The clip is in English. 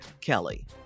Kelly